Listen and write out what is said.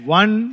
one